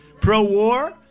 Pro-war